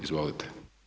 Izvolite.